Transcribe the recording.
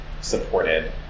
supported